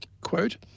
quote